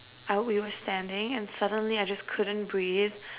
I we were standing and suddenly I just couldn't breathe